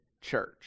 church